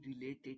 related